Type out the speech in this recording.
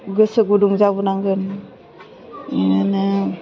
गोसो गुदुं जाबोनांगोन बिनिनो